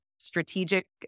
Strategic